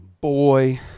boy